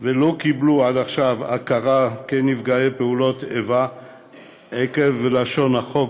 לא קיבלו עד עכשיו הכרה כנפגעי פעולות איבה עקב לשון החוק,